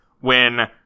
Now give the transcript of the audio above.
when-